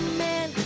man